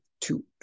two